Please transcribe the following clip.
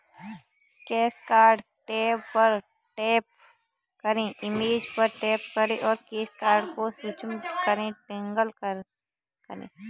cash card tab पर tap करें, image पर टैप करें और कैश कार्ड को सक्षम करें टॉगल करें